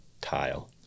tile